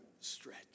stretch